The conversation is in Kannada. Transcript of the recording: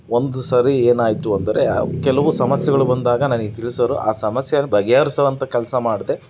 ಒಂದು ಸಾರಿ ಏನಾಯಿತು ಅಂದರೆ ಕೆಲವು ಸಮಸ್ಯೆಗಳು ಬಂದಾಗ ನನಗೆ ತಿಳಿಸೋರು ಆ ಸಮಸ್ಯೆನ ಬಗೆಹರಿಸುವಂಥ ಕೆಲಸ ಮಾಡಿದೆ